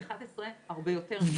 עד גיל 11 הרבה יותר מחצי.